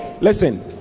listen